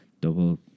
double